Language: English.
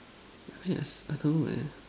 yes I don't know man